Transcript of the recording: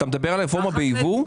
אתה מדבר על הרפורמה בייבוא?